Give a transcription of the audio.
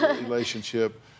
relationship